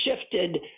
shifted